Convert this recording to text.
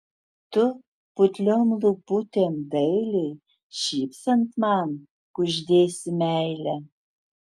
tu putliom lūputėm dailiai šypsant man kuždėsi meilę